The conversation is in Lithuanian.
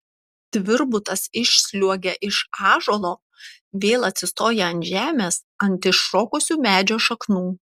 tvirbutas išsliuogia iš ąžuolo vėl atsistoja ant žemės ant iššokusių medžio šaknų